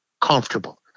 comfortable